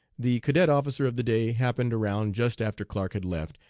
the cadet officer of the day happened around just after clark had left,